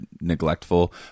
neglectful